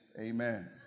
Amen